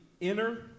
inner